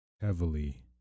heavily